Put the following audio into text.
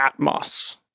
Atmos